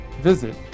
visit